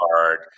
hard